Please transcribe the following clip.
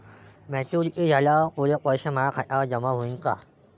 Maturity झाल्यावर पुरे पैसे माया खात्यावर जमा होईन का?